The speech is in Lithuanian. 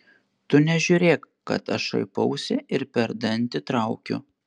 tu nežiūrėk kad aš šaipausi ir per dantį traukiu